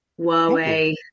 Huawei